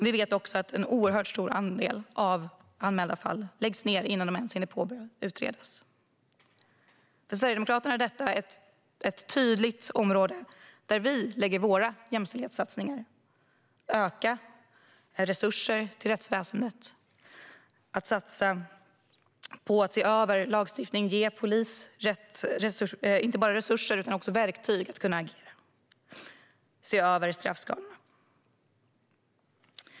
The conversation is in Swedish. Vi vet också att en oerhört stor andel av anmälda fall läggs ned innan utredningen ens har påbörjats. För Sverigedemokraterna är detta ett tydligt område där vi lägger våra jämställdhetssatsningar. Vi vill öka resurserna till rättsväsendet, satsa på att se över lagstiftningen och ge polisen inte bara resurser utan också verktyg för att kunna agera. Och man bör se över straffskalorna.